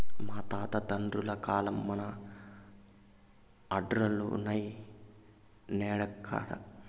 మా తాత తండ్రుల కాలంల మన ఆర్డర్లులున్నై, నేడెక్కడ